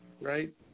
right